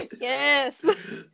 yes